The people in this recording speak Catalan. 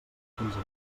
quinze